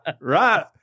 right